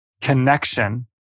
connection